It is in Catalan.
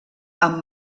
amb